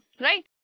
Right